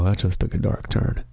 ah just took a dark turn.